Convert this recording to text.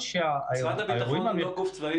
משרד הביטחון הוא לא גוף צבאי.